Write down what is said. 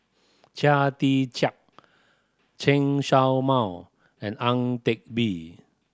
Chia Tee Chiak Chen Show Mao and Ang Teck Bee